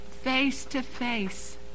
face-to-face